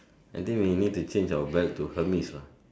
I think we need to change our bag to Hermes lah